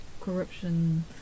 corruption